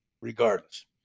regardless